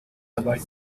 dabei